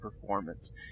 performance